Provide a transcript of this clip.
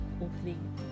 opening